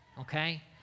okay